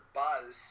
buzz